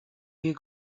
you